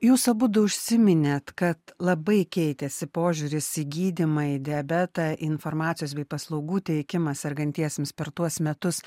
jūs abudu užsiminėt kad labai keitėsi požiūris į gydymą į diabetą į informacijos bei paslaugų teikimą sergantiesiems per tuos metus